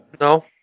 No